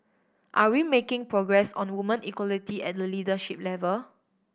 are we making progress on women equality at the leadership level